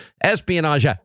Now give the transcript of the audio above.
espionage